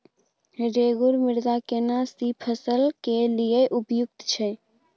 रेगुर मृदा केना सी फसल के लिये उपयुक्त छै?